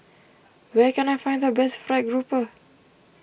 where can I find the best Fried Grouper